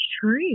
true